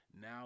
now